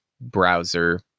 browser